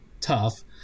tough